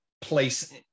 place